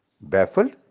Baffled